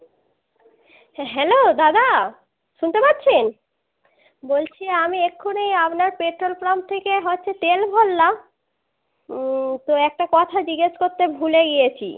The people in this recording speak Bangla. হ্যালো দাদা শুনতে পাচ্ছেন বলছি আমি এক্ষুনি আপনার পেট্রোল পাম্প থেকে হচ্ছে তেল ভরলাম তো একটা কথা জিগ্যেস করতে ভুলে গিয়েছি